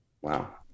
Wow